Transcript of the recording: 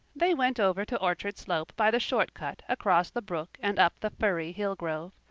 they went over to orchard slope by the short cut across the brook and up the firry hill grove.